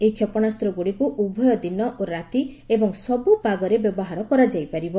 ଏହି କ୍ଷେପଶାସ୍ତଗୁଡ଼ିକୁ ଉଭୟ ଦିନ ଓ ରାତି ଏବଂ ସବୁ ପାଗରେ ବ୍ୟବହାର କରାଯାଇପାରିବ